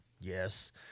Yes